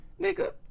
Nigga